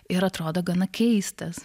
ir atrodo gana keistas